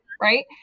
right